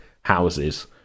houses